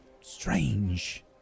strange